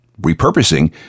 repurposing